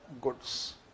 goods